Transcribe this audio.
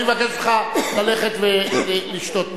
אני מבקש ממך ללכת ולשתות מים.